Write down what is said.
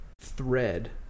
thread